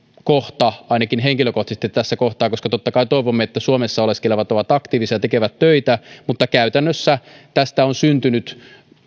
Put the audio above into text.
kohta ainakin henkilökohtaisesti tässä kohtaa koska totta kai toivomme että suomessa oleskelevat ovat aktiivisia ja tekevät töitä mutta käytännössä tästä on syntynyt